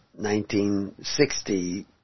1960